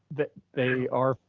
but they are,